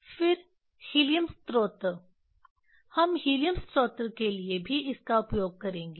फिर हीलियम स्रोत हम हीलियम स्रोत के लिए भी इसका उपयोग करेंगे